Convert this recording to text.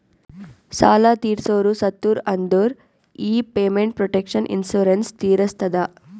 ಸಾಲಾ ತೀರ್ಸೋರು ಸತ್ತುರ್ ಅಂದುರ್ ಈ ಪೇಮೆಂಟ್ ಪ್ರೊಟೆಕ್ಷನ್ ಇನ್ಸೂರೆನ್ಸ್ ತೀರಸ್ತದ